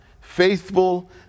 faithful